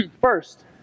First